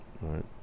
right